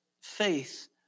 faith